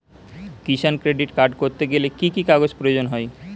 কিষান credit card করতে গেলে কি কি কাগজ প্রয়োজন হয়?